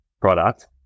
product